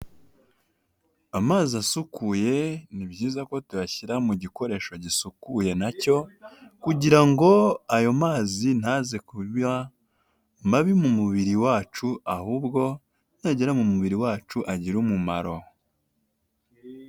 Amazi asukuye ni byiza ko tuyashyira mu gikoresho gisukuye nacyo. Kugira ngo ayo mazi ntaze kuba mabi mu mubiri wacu, ahubwo nagera mu mubiri wacu agire umumaro.